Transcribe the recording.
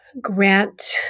grant